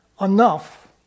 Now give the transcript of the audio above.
enough